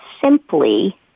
simply